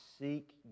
seek